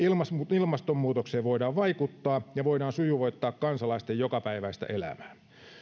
ilmastonmuutokseen voidaan vaikuttaa ja voidaan sujuvoittaa kansalaisten jokapäiväistä elämää